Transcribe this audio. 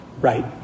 right